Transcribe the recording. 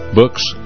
books